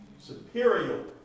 superior